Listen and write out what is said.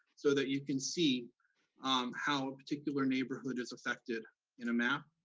so that you can see how a particular neighborhood is affected in a map,